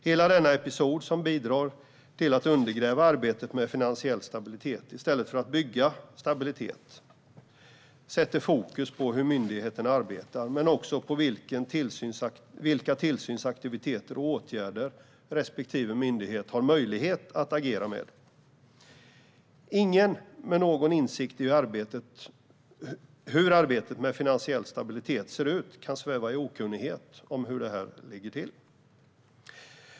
Hela den episoden bidrog till att undergräva arbetet med finansiell stabilitet i stället för att bygga stabilitet. Det sätter fokus på hur myndigheterna arbetar men också på vilka tillsynsaktiviteter och åtgärder respektive myndighet har möjlighet att agera med. Ingen som har insikt i arbetet med finansiell stabilitet kan sväva i okunnighet om hur det står till.